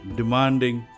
demanding